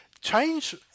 change